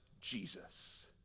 Jesus